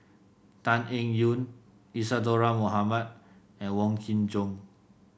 Tan Eng Yoon Isadhora Mohamed and Wong Kin Jong